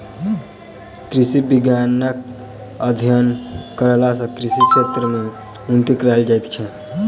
कृषि विज्ञानक अध्ययन कयला सॅ कृषि क्षेत्र मे उन्नति कयल जाइत छै